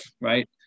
right